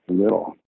little